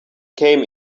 came